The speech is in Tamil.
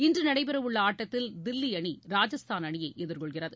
இன்று நடைபெறவுள்ள ஆட்டத்தில் தில்லி அணி ராஜஸ்தான் அணியை எதிர்கொள்கிறது